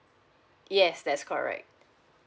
yes that's correct